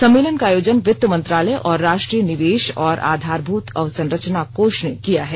सम्मेलन का आयोजन वित्त मंत्रालय और राष्ट्रीय निवेश और आधारभूत अवसंरचना कोष ने किया है